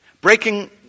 Breaking